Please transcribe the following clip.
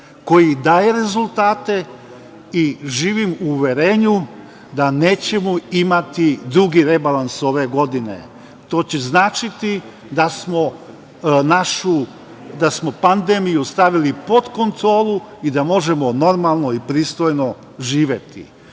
koji daje rezultate. Živim u uverenju da nećemo imati drugi rebalans ove godine. To će značiti da smo pandemiju stavili pod kontrolu i da možemo normalno i pristojno živeti. Upravo